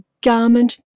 garment